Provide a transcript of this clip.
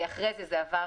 ואחרי זה עבר